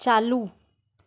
चालू